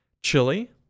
chili